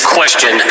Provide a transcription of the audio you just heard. Question